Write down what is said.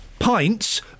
Pints